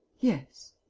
yes.